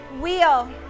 wheel